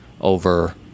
over